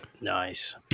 nice